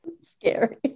Scary